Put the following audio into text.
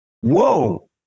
Whoa